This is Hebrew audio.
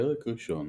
פרק ראשון